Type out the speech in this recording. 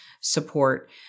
support